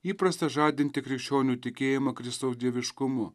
įprasta žadinti krikščionių tikėjimą kristaus dieviškumu